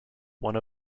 one